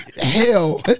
Hell